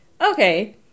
Okay